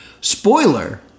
Spoiler